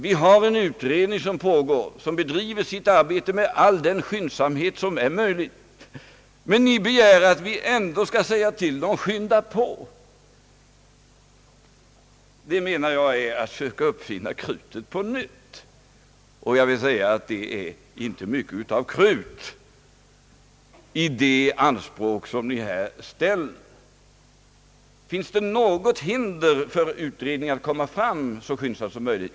Vi har en utredning som pågår och som bedriver sitt arbete med all den skyndsamhet som är möjlig. Men ni begär att vi ändå skall säga till den att skynda på! Jag menar att det är att söka uppfinna krutet på nytt. Men jag vill tillägga att det är inte mycket av krut i det anspråk som ni här ställer. Finns det något hinder för utredningen att komma fram så skyndsamt som möjligt?